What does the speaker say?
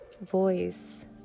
voice